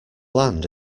land